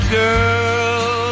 girl